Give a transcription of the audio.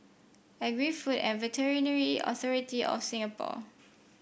Agri Food and Veterinary Authority of Singapore